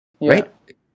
Right